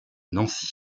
nancy